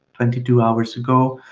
twenty two hours ago.